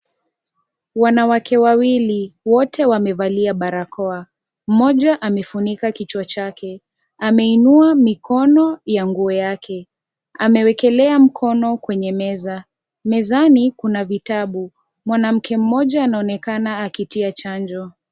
Wanawake wawili, wote wamevalia barakoa. Mmoja amefunika kichwa chake, ameinua mikono ya nguo yake. Amewekelea mkono kwenye meza. Mezani kuna vitabu. Mwanamme mmoja anaonekana akitia chanjo.